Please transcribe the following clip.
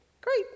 great